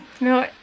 no